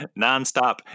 nonstop